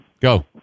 Go